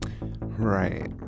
Right